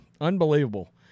Unbelievable